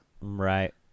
Right